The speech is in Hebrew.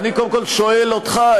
שואל אותך,